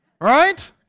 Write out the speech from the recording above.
Right